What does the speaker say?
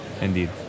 Indeed